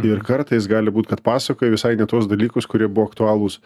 ir kartais gali būt kad pasakoji visai ne tuos dalykus kurie buvo aktualūs